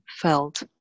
felt